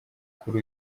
kuri